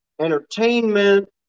entertainment